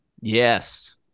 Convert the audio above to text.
Yes